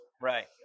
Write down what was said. Right